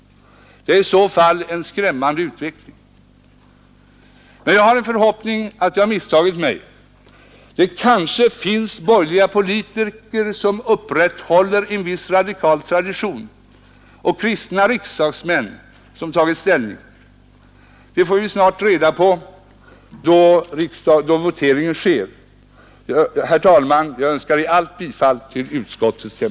Det är i så fall en skrämmande utveckling. Men jag hyser en förhoppning om att jag har misstagit mig. Det kanske finns borgerliga politiker, som upprätthåller en viss radikal tradition, och kristna riksdagsmän, som har tagit ställning. Det får vi snart reda på då voteringen sker.